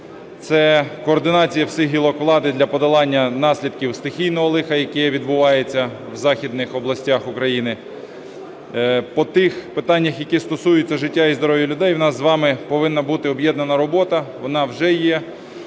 Це координація всіх гілок влади для подолання наслідків стихійного лиха, яке відбувається в західних областях України. По тих питаннях, які стосуються життя і здоров'я людей, у нас з вами повинна бути об'єднана робота. Вона вже є.